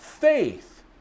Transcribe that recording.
Faith